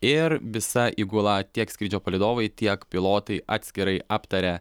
ir visa įgula tiek skrydžio palydovai tiek pilotai atskirai aptaria